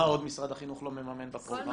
מה עוד משרד החינוך לא מממן בפרוגרמה?